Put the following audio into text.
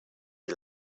you